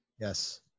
Yes